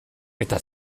eta